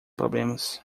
problemas